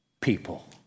people